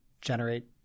generate